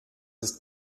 ist